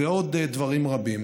ועוד דברים רבים.